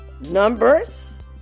Numbers